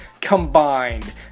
combined